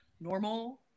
normal